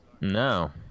No